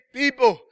people